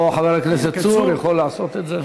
או חבר הכנסת צור יכול לעשות את זה.